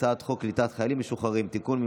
הצעת חוק קליטת חיילים משוחררים (תיקון,